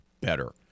better